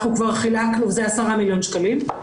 זה עשרה מיליון שקלים.